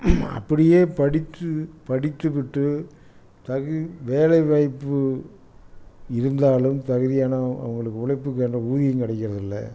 அப்படியே படித்து விட்டு வேலைவாய்ப்பு இருந்தாலும் தகுதியான அவங்களுக்கு உழைப்புக்கு ஏற்ற ஊதியம் கிடைக்கிறதில்ல